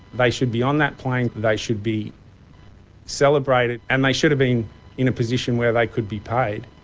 they should be on that plane, they should be celebrated, and they should have been in a position where they could be paid.